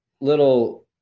little